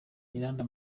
miranda